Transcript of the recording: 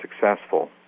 successful